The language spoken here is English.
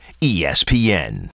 ESPN